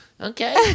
Okay